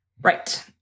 Right